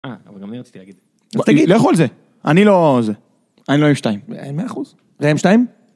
אה, אבל גם אני רציתי להגיד את זה. אז תגיד. לכו על זה. אני לא זה. אני לא אוהב שתיים. מאה אחוז. הם שתיים?